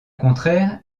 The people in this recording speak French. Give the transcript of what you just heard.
contraire